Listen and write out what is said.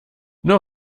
nur